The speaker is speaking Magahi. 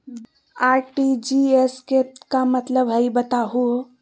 आर.टी.जी.एस के का मतलब हई, बताहु हो?